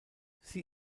sie